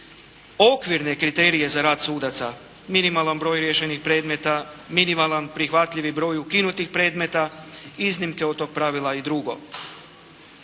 okvirne kriterije za rad sudaca – minimalan broj riješenih predmeta, minimalan prihvatljivi broj ukinutih predmeta, iznimke od tog pravila i drugo.